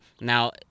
Now